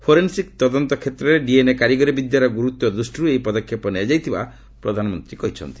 forensic ତଦନ୍ତ କ୍ଷେତ୍ରରେ DNA କାରିଗରୀ ବିଦ୍ୟାର ଗୁର୍ଗତ୍ୱ ଦୃଷ୍ଟିରୁ ଏହି ପଦକ୍ଷେପ ନିଆଯାଇଥିବା ପ୍ରଧାନମନ୍ତ୍ରୀ ଜଣାଇଛନ୍ତି